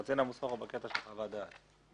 הקצין המוסמך הוא בקטע של חוות דעת.